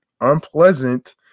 unpleasant